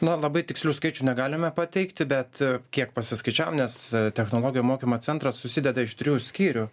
na labai tikslių skaičių negalime pateikti bet kiek pasiskaičiavom nes technologijų mokymo centras susideda iš trijų skyrių